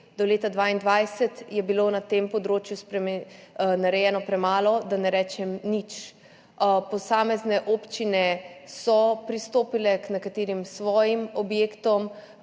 do leta 2022 je bilo na tem področju narejenega premalo, da ne rečem nič. Posamezne občine so pristopile k nekaterim svojim objektom,